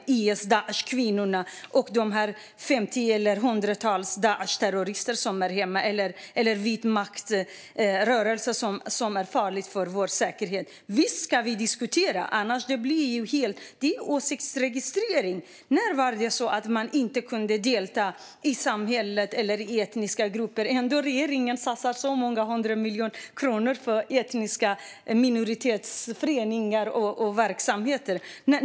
Det är IS/Daish-kvinnorna, det är ett femtiotal eller hundratals Daishterrorister eller vitmaktrörelser som är farliga för vår säkerhet. Visst ska vi diskutera. Det är åsiktsregistrering. När kan man inte delta i samhället eller i etniska grupper? Regeringen satsar många hundra miljoner kronor för etniska gruppers föreningar och verksamheter.